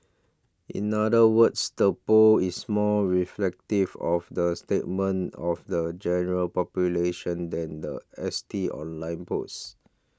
in other words the poll is more reflective of the statement of the general population than the S T online polls